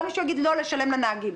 הצבעה בעד, פה אחד נגד, אין נמנעים,